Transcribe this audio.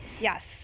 Yes